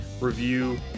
review